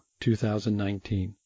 2019